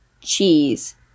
cheese